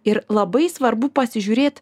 ir labai svarbu pasižiūrėt